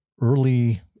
early